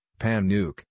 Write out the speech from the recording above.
PanNuke